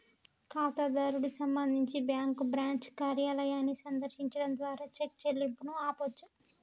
ఖాతాదారుడు సంబంధించి bank branch కార్యాలయాన్ని సందర్శించడం ద్వారా చెక్ చెల్లింపును ఆపొచ్చు